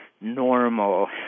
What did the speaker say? normal